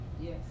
Yes